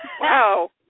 Wow